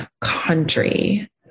country